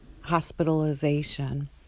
Hospitalization